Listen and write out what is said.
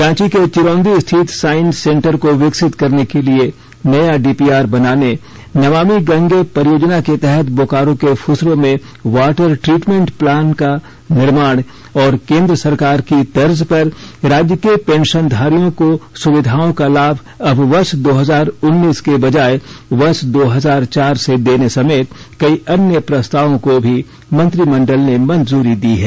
रांची के चिरौंदी स्थित science centre को विकसित करने के लिए नया डीपीआर बनाने नमामि गंगे परियोजना के तहत बोकारो के फुसरो में वाटर ट्रीटमेंट प्लांट का निर्माण और केंद्र सरकार की तर्ज पर राज्य के पेंशनधारियों को सुविधाओं का लाभ अब वर्ष दो हजार उन्नीस की बजाय वर्ष दो हजार चार से देने समेत कई अन्य प्रस्तावों को भी मंत्रिमडल ने मंजूरी दी है